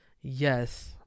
Yes